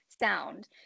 sound